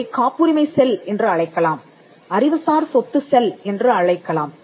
இதைக் காப்புரிமை செல் என்று அழைக்கலாம் அறிவுசார் சொத்து செல் என்று அழைக்கலாம்